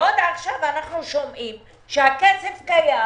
עכשיו אנחנו שמעים שהכסף קיים